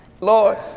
Lord